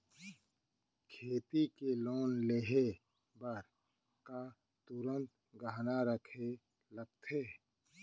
खेती के लोन लेहे बर का तुरंत गहना रखे लगथे?